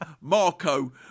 Marco